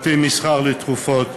בתי-מסחר לתרופות,